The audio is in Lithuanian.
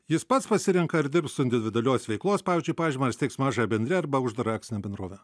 jis pats pasirenka ar dirbs su individualios veiklos pavyzdžiui pažyma ar steigs mažąją bendriją arba uždarąją akcinę bendrovę